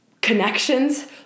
connections